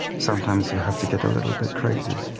sometimes you have to get a little bit crazy.